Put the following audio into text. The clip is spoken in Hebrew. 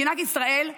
מדינת ישראל,